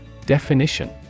Definition